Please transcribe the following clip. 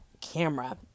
camera